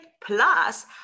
Plus